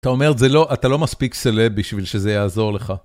אתה אומר, אתה לא מספיק סלב בשביל שזה יעזור לך.